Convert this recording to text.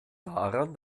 daran